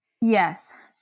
yes